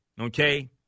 Okay